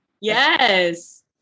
Yes